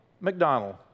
McDonald